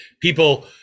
people